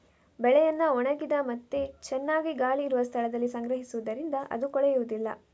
ಬೆಳೆಯನ್ನ ಒಣಗಿದ ಮತ್ತೆ ಚೆನ್ನಾಗಿ ಗಾಳಿ ಇರುವ ಸ್ಥಳದಲ್ಲಿ ಸಂಗ್ರಹಿಸುದರಿಂದ ಅದು ಕೊಳೆಯುದಿಲ್ಲ